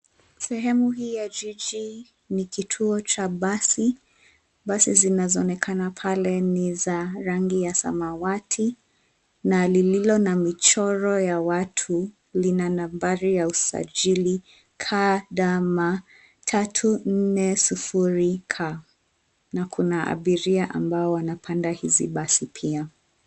Sehemu ya jiji ni kituo cha basi, basi zinaonekana pale ni za rangi ya samawati na lililo na michoro ya watu. Lina nambari la usajili KDN 340K na kuna abiria ambao wanapanda basi hizi pia.